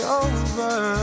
over